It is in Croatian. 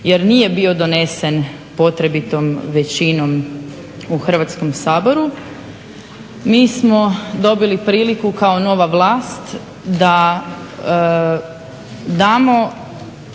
jer nije bio donesen potrebitom većinom u Hrvatskom saboru. Mi smo dobili priliku kao nova vlast da damo